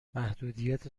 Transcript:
محدودیت